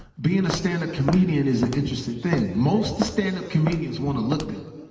being a standup comedian is an interesting thing. most standup comedians want to look good.